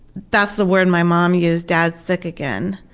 that's the word my mom used dad's sick again.